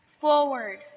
forward